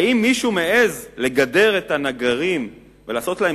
האם מישהו מעז לגדר את הנגרים ולעשות להם